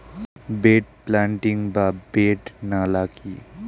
Bed planting বা bed নালা কি?